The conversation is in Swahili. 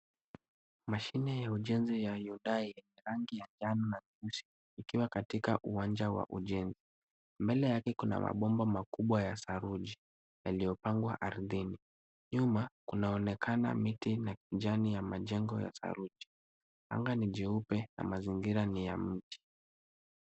Mashine ya ujenzi ya Hyundai ya rangi ya njano na nyeusi ikiwa katika uwanja wa ujenzi. Mbele yake kuna mabomba makubwa ya saruji yaliyopangwa ardhini. Nyuma kunaonekana miti ya kijani na majengo ya saruji. Anga ni jeupe na mazingira ni ya mti.